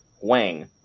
Wang